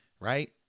right